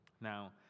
Now